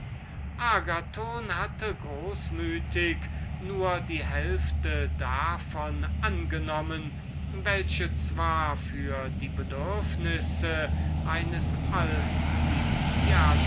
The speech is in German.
agathon hatte zwar großmütiger weise nur die hälfte davon angenommen und diese war nicht so beträchtlich daß sie für die bedürfnisse eines